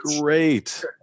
Great